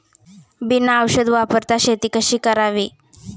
बिना औषध वापरता शेती कशी करावी?